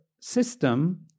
system